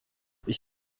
ich